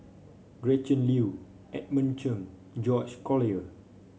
Gretchen Liu Edmund Chen George Collyer